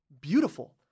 beautiful